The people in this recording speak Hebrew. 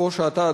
כמו שאתה,